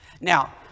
Now